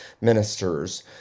ministers